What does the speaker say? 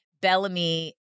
Bellamy